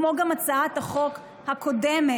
כמו גם הצעת החוק הקודמת,